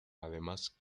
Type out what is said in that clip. además